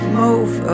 move